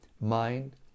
mind